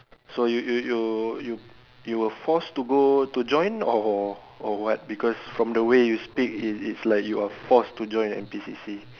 so you you you you you were forced to go to join or or what because from the way you speak it it's like you are forced to join N_P_C_C